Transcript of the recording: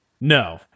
No